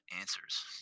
answers